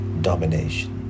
domination